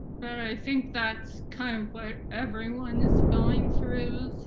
but i think that's kind of what everyone is going through.